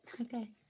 Okay